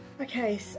okay